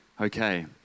Okay